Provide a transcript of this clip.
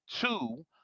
Two